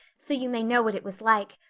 so you may know what it was like.